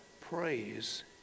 praise